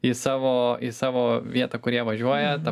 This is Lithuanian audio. į savo į savo vietą kur jie važiuoja ta